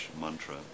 mantra